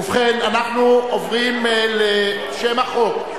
ובכן, אנחנו עוברים לשם החוק,